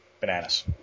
Bananas